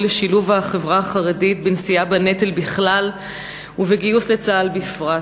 לשילוב החברה החרדית בנשיאה בנטל בכלל ובגיוס לצה"ל בפרט.